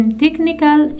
technical